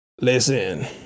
listen